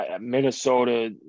Minnesota